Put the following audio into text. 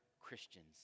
Christians